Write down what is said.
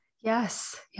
Yes